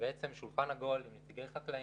בעצם שולחן עגול עם נציגי חקלאים,